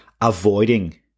avoiding